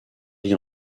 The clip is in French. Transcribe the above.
vit